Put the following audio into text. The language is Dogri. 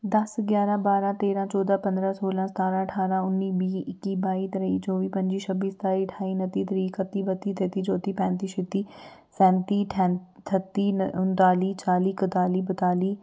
दस ग्यारह बारां तेरां चौदां पंदरां सोलां सतारां ठारां उन्नी बीह् इक्की बाई त्रेई चौबी पंजी छब्बी सताई ठाई नत्ती त्रीह् कत्ती बत्ती तेत्ती चौत्ती पैत्ती छित्ती सैंती ठैंत्ती ठत्ती उनताली चाली कताली बताली